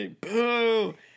boo